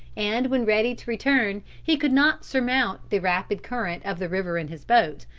and when ready to return he could not surmount the rapid current of the river in his boat,